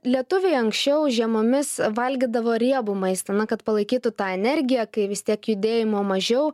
lietuviai anksčiau žiemomis valgydavo riebų maistą na kad palaikytų tą energiją kai vis tiek judėjimo mažiau